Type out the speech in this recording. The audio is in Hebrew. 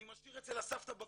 אני משאיר אצל הסבתא בקבוק,